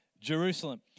Jerusalem